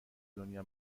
دنیا